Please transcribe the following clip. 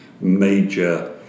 major